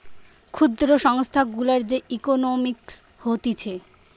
ক্ষুদ্র সংস্থা গুলার যে ইকোনোমিক্স হতিছে